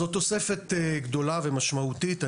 זו תוספת גדולה ומשמעותית.